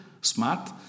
smart